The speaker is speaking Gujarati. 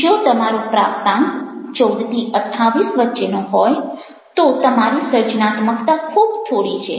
જો તમારો પ્રાપ્તાંક 14 28 વચ્ચેનો હોય તો તમારી સર્જનાત્મકતા ખૂબ થોડી છે